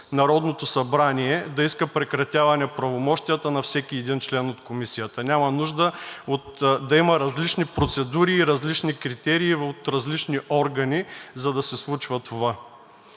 Народното събрание да иска прекратяване правомощията на всеки един член от Комисията. Няма нужда да има различни процедури и различни критерии от различни органи, за да се случва това.